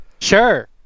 sure